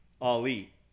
Ali